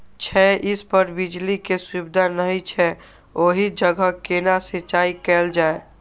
छै इस पर बिजली के सुविधा नहिं छै ओहि जगह केना सिंचाई कायल जाय?